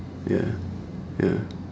ya ya